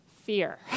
fear